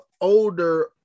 older